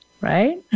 right